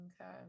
Okay